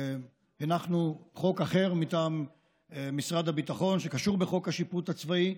הנחנו חוק אחר מטעם משרד הביטחון שקשור בחוק השיפוט הצבאי.